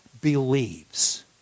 believes